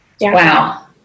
wow